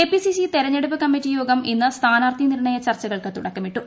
KPCC തെരഞ്ഞെടുപ്പ് കമ്മിറ്റിയോഗം ഇന്ന് സ്ഥാനാർഥി നിർണയ ചർച്ചകൾക്ക് തുടക്കമിട്ടു